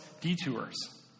detours